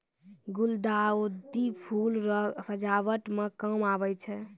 गुलदाउदी फूल रो सजावट मे काम आबै छै